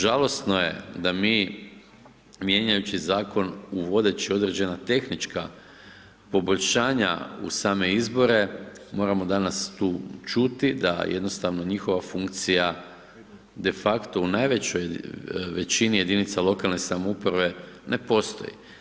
Žalosno je da mi mijenjajući zakon, uvodeći određena tehnička poboljšanja u same izbore moramo danas tu čuti da jednostavno njihova funkcija, de facto u najvećoj većini jedinica lokalne samouprave ne postoji.